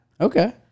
Okay